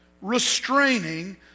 restraining